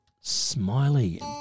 Smiley